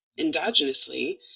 endogenously